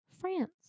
France